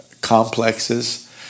complexes